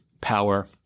power